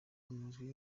amajwi